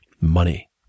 money